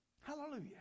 Hallelujah